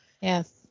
Yes